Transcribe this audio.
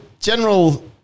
general